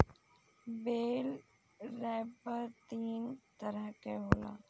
बेल wrapper तीन तरह के होला